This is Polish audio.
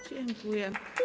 Dziękuję.